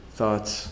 thoughts